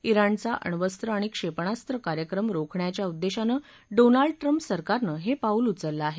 ज्ञाणचा अण्वस्त्र आणि क्षेपणास्त्र कार्यक्रम रोखण्याच्या उद्देशानं डोनाल्ड ट्रम्प सरकारनं हे पाऊल उचललं आहे